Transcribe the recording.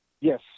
Yes